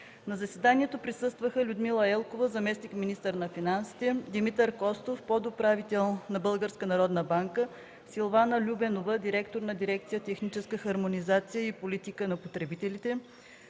На заседанието присъстваха Людмила Елкова – заместник-министър на финансите, Димитър Костов – подуправител на Българската народна банка, Силвана Любенова – директор на дирекция „Техническа хармонизация и политика за потребителите”